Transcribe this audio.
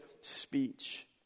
speech